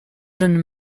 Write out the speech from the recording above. jeunes